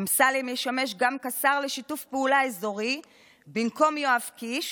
אמסלם ישמש גם כשר לשיתוף פעולה אזורי במקום יואב קיש,